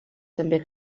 també